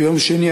ביום שני,